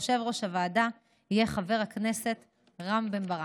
יושב-ראש הוועדה יהיה חבר הכנסת רם בן ברק.